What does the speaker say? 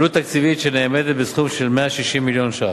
עלות תקציבית שנאמדת בסכום של 160 מיליון ש"ח.